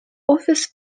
офис